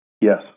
Yes